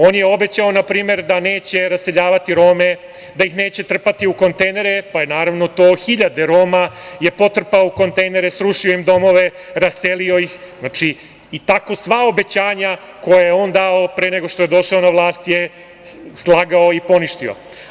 On je obećao da neće raseljavati Rome, da ih neće trpati u kontejnere, pa je hiljade Roma potrpao u kontejnere, srušio im domove, raselio ih i tako sva obećanja koje je on dao pre nego što je došao na vlast je slagao i poništio.